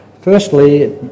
firstly